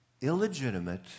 illegitimate